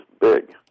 big